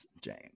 James